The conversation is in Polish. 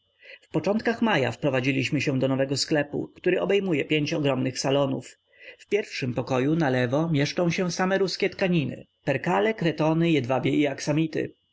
w początkach maja wprowadziliśmy się do nowego sklepu który obejmuje pięć ogromnych salonów w pierwszym pokoju nalewo mieszczą się same ruskie tkaniny perkale kretony jedwabie i aksamity